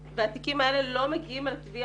ישנה אכיפה שהיא מנהלית והתיקים לא מגיעים כלל לתביעה.